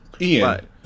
Ian